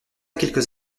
quelques